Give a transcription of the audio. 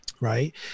right